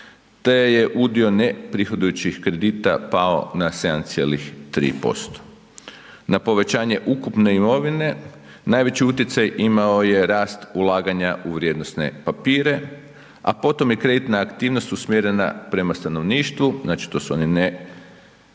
te je udio neprihodujućih kredita pao na 7,3%. Na povećanje ukupne imovine najveći utjecaj imao je rast ulaganja u vrijednosne papire, a potom je kreditna aktivnost usmjerena prema stanovništvu, znači to su ne